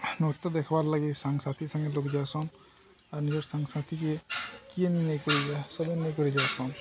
ନୃତ୍ୟ ଦେଖ୍ବାର୍ ଲାଗି ସାଙ୍ଗସାଥି ସାଙ୍ଗେ ଲ ଯାସନ୍ ଆର୍ ନିଜର୍ ସାଙ୍ଗସାଥିକେ କିଏ ନେଇକି ଯାଏ ସବୁ ନେଇକିରି ଯାଏସନ୍